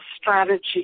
strategy